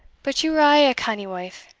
but ye were aye a canny wife.